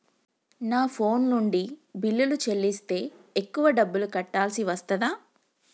నా ఫోన్ నుండి బిల్లులు చెల్లిస్తే ఎక్కువ డబ్బులు కట్టాల్సి వస్తదా?